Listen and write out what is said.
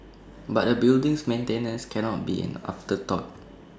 but A building's maintenance cannot be an afterthought